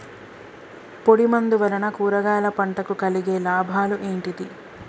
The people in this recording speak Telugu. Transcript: పొడిమందు వలన కూరగాయల పంటకు కలిగే లాభాలు ఏంటిది?